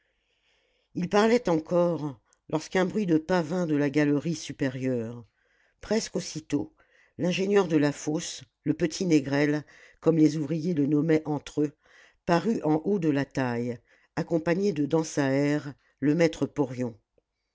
il parlait encore lorsqu'un bruit de pas vint de la galerie supérieure presque aussitôt l'ingénieur de la fosse le petit négrel comme les ouvriers le nommaient entre eux parut en haut de la taille accompagné de dansaert le